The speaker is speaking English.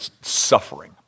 suffering